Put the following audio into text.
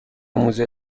موزه